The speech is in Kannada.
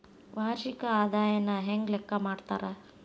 ವಾರ್ಷಿಕ ಆದಾಯನ ಹೆಂಗ ಲೆಕ್ಕಾ ಮಾಡ್ತಾರಾ?